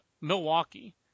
Milwaukee